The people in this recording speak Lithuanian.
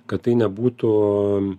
kad tai nebūtų